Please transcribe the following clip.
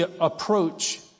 approach